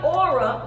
aura